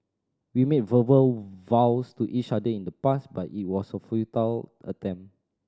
we made verbal vows to each other in the past but it was a futile attempt